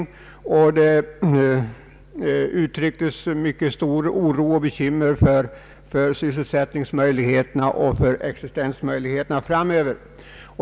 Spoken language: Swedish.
Då uttrycktes mycket Ang. den ekonomiska politiken, m.m. stor oro och bekymmer för sysselsättningsmöjligheterna och existensmöjligheterna i framtiden.